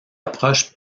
approche